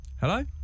Hello